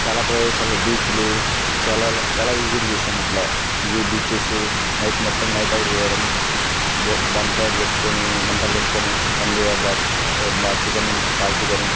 చాలా ప్రదేశాలు బీచ్లు చాలా చాలా విజిట్ చేశాను ఇట్లా ఇవి బీచెస్ నైట్ మొత్తం నైట్ అవుట్ చేయడం బా బాన్ఫైర్ పెట్టుకొని మంటలు పెట్టుకొని మెల్లిగా బాగా చికెన్ కాల్చుకొని